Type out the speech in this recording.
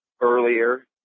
earlier